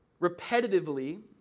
repetitively